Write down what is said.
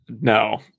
No